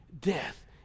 death